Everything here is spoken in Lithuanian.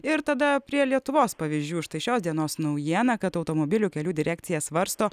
ir tada prie lietuvos pavyzdžių štai šios dienos naujiena kad automobilių kelių direkcija svarsto